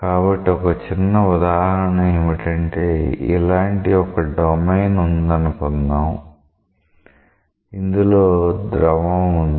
కాబట్టి ఒక చిన్న ఉదాహరణ ఏమిటంటే ఇలాంటి ఒక డొమైన్ ఉందనుకుందాం ఇందులో ద్రవం ఉంది